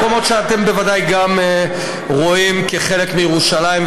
מקומות שגם אתם בוודאי רואים בהם חלק מירושלים,